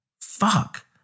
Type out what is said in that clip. fuck